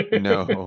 No